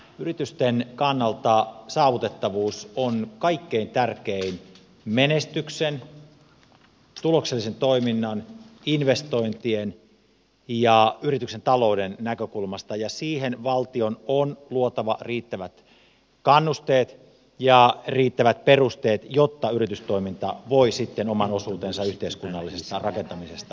yritysten kannalta saavutettavuus on kaikkein tärkeintä menestyksen tuloksellisen toiminnan investointien ja yrityksen talouden näkökulmasta ja siihen valtion on luotava riittävät kannusteet ja riittävät perusteet jotta yritystoiminta voi sitten oman osuutensa yhteiskunnallisesta rakentamisesta tehdä